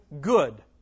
good